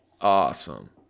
awesome